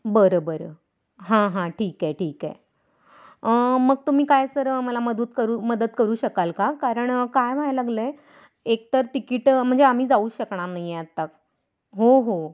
बरं बरं हां हां ठीक आहे ठीक आहे मग तुम्ही काय सर मला मदत करू मदत करू शकाल का कारण काय व्हायला लागलं आहे एकतर तिकीटं म्हणजे आम्ही जाऊ शकणार नाही आहे आत्ता हो हो